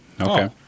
Okay